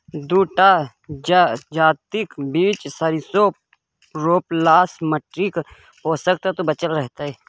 दू टा जजातिक बीच सरिसों रोपलासँ माटिक पोषक तत्व बचल रहतै